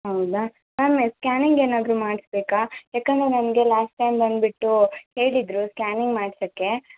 ಹೌದಾ ಮ್ಯಾಮ್ ಏ ಸ್ಕ್ಯಾನಿಂಗ್ ಏನಾದರು ಮಾಡಿಸ್ಬೇಕಾ ಯಾಕಂದ್ರೆ ನನಗೆ ಲಾಸ್ಟ್ ಟೈಮ್ ಬಂದ್ಬಿಟ್ಟು ಹೇಳಿದ್ರು ಸ್ಕ್ಯಾನಿಂಗ್ ಮಾಡಿಸೋಕ್ಕೆ